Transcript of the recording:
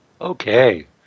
Okay